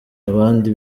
abandi